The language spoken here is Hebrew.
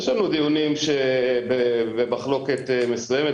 יש לנו דיונים במחלוקת מסוימת.